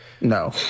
no